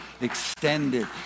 extended